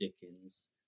Dickens